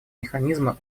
механизма